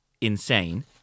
insane